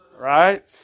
Right